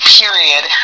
period